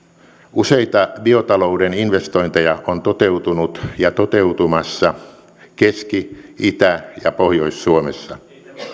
useita biotalouden investointeja on toteutunut ja toteutumassa keski itä ja pohjois suomessa